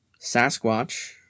Sasquatch